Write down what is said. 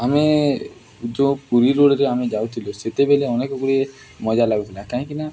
ଆମେ ଯେଉଁ ପୁରୀ ରୋଡ଼୍ରେ ଆମେ ଯାଉଥିଲୁ ସେତେବେଳେ ଅନେକ ଗୁଡ଼ିଏ ମଜା ଲାଗୁଥିଲା କାହିଁକିନା